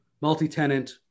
multi-tenant